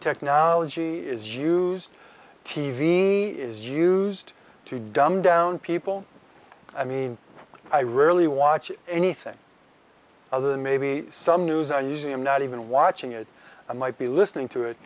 technology is used t v is used to dumb down people i mean i rarely watch anything other than maybe some news on easy i'm not even watching it i might be listening to it